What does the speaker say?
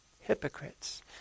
hypocrites